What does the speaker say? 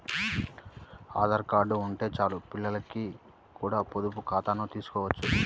Aadhaar card ఉంటే చాలు పిల్లలకి కూడా పొదుపు ఖాతాను తీసుకోవచ్చు